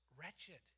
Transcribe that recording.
wretched